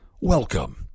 Welcome